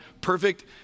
perfect